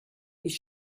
ich